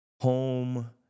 home